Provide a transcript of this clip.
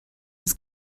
his